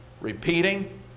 repeating